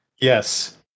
Yes